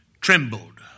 trembled